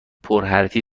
پرحرفی